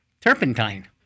turpentine